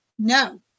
No